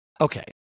okay